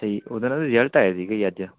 ਅੱਛਾ ਜੀ ਓਹਦਾ ਨਾ ਰਿਜ਼ਲਟ ਆਇਆ ਸੀਗਾ ਜੀ ਅੱਜ